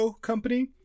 Company